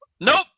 Nope